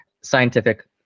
scientific